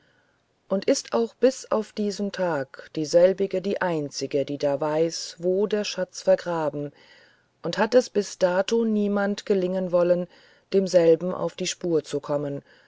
und ist auch bis auf disen tag diselbige die einzige die da weiß wo der schatz vergraben und hat es bis dato niemand gelingen wollen demselben auff die spur zu kommen